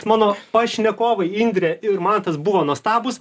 mano pašnekovai indrė ir mantas buvo nuostabūs